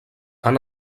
han